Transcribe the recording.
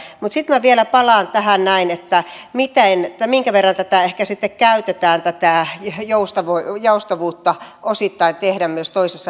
mutta sitten minä vielä palaan tähän näin minkä verran ehkä sitten käytetään tätä joustavuutta osittain tehdä myös toisessa virastossa työtä